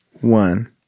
One